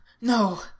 No